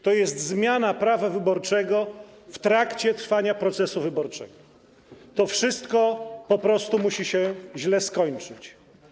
To jest zmiana prawa wyborczego w trakcie trwania procesu wyborczego, to wszystko po prostu musi się źle skończyć.